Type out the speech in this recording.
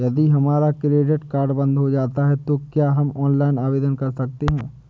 यदि हमारा credit card बंद हो जाता है तो क्या हम ऑनलाइन आवेदन कर सकते हैं?